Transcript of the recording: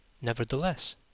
Nevertheless